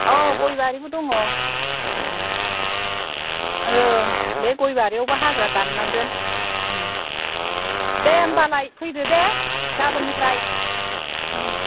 औ गयबारिबो दं औ बे गयबारियावबो हाग्रा दाननांगोन दे होमब्लालाय फैदोदे गाबोननिफ्राय